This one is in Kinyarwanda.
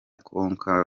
konka